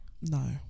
No